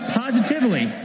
positively